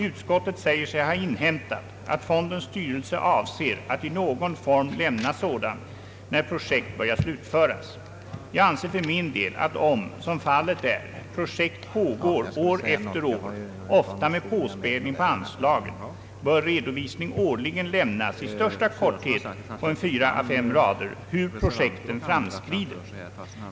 Utskottet säger sig ha inhämtat att fondens styrelse avser att i någon form lämna sådan, när projekt börjar slutföras. Jag anser för min del att om, som fallet är, projekt pågår år efter år — ofta med påspädning av anslagen — bör redovisning årligen lämnas i största korthet på fyra å fem rader hur projekten framskrider.